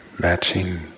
matching